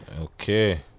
Okay